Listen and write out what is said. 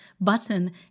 button